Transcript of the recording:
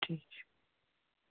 ٹھیک ہے